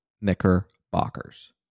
Knickerbockers